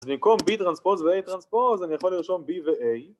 אז במקום b טרנספוס וa טרנספוס אני יכול לרשום b וa